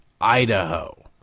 Idaho